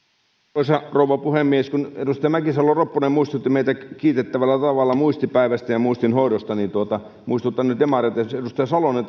arvoisa rouva puhemies kun edustaja mäkisalo ropponen muistutti meitä kiitettävällä tavalla muistipäivästä ja muistin hoidosta niin muistutan nyt demareita esimerkiksi edustaja salonen